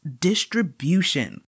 distribution